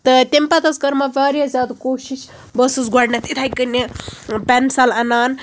تہٕ تَمہِ پَتہٕ حظ کٔر مےٚ واریاہ زیادٕ کوٗشِش بہٕ ٲسٕس گۄڈٕنیٚتھ یِتھٕے کَنہِ پیٚنسَل اَنان